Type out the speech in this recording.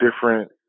different